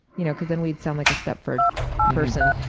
you know, because then we'd sound like a stepford person.